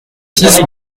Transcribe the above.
six